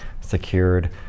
secured